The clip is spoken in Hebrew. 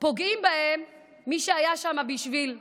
פוגעים בהם, מי שהיה שם בשביל יואל,